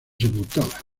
sepultada